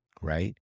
right